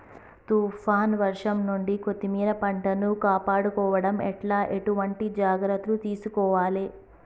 తుఫాన్ వర్షం నుండి కొత్తిమీర పంటను కాపాడుకోవడం ఎట్ల ఎటువంటి జాగ్రత్తలు తీసుకోవాలే?